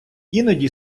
іноді